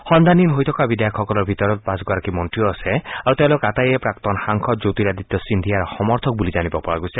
সন্ধানহীন হৈ থকা বিধায়কসকলৰ ভিতৰত পাঁচগৰাকী মন্ত্ৰীও আছে আৰু তেওঁলোক আটাইয়ে প্ৰাক্তন সাংসদ জ্যোতিৰাদিত্য সিন্ধিয়াৰ সমৰ্থক বুলি জানিব পৰা গৈছে